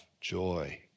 joy